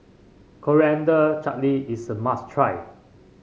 Coriander Chutney is a must try